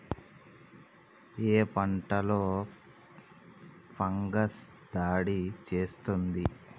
ఏ పంటలో ఫంగస్ దాడి చేస్తుంది?